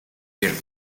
beard